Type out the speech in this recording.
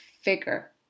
figure